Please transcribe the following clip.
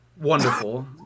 Wonderful